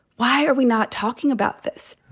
why are we not talking about this?